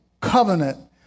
Covenant